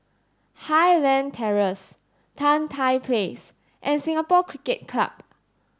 Highland Terrace Tan Tye Place and Singapore Cricket Club